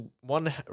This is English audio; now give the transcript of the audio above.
one